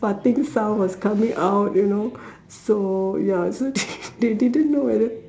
farting sound was coming out you know so ya so they didn't know whether